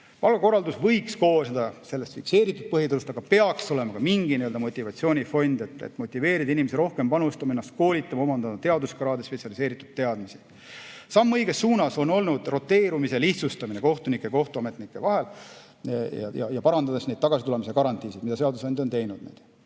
Palgakorraldus võiks koosneda sellest fikseeritud põhitulust, aga peaks olema ka mingi nii-öelda motivatsioonifond, et motiveerida inimesi rohkem panustama, ennast koolitama, omandama teaduskraade, spetsialiseeritud teadmisi. Samm õiges suunas on olnud roteerumise lihtsustamine kohtunike ja kohtuametnike vahel, parandades neid tagasitulemise garantiisid, mida seadusandja on teinud.